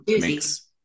makes